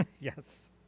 yes